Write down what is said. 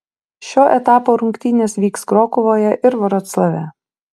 šio etapo rungtynės vyks krokuvoje ir vroclave